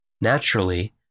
Naturally